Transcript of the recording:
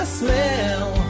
smell